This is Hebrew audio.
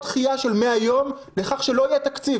דחייה של 100 ימים לכך שלא יהיה תקציב.